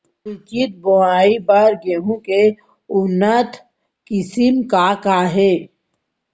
सिंचित बोआई बर गेहूँ के उन्नत किसिम का का हे??